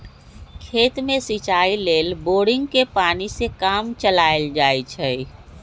खेत में सिचाई लेल बोड़िंगके पानी से काम चलायल जाइ छइ